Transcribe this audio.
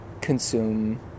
consume